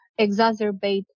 exacerbate